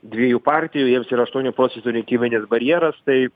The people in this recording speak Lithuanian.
dviejų partijų jiems yra aštuonių procentų rinkiminis barjeras tai